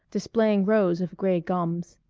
displaying rows of gray gums.